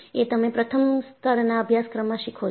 એ તમે પ્રથમ સ્તરનાઅભ્યાસક્રમમાં શીખો છો